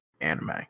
anime